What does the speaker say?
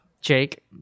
Jake